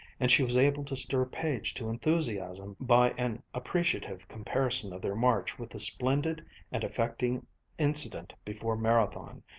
and she was able to stir page to enthusiasm by an appreciative comparison of their march with the splendid and affecting incident before marathon,